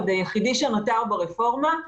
שהוא היחיד שנותר ברפורמה,